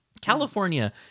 California